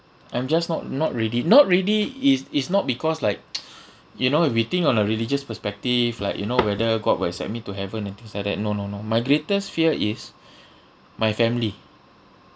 I'm just not not ready not ready is is not because like you know if we think on a religious perspective like you know whether god will accept me to heaven and things like that no no no my greatest fear is my family